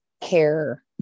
care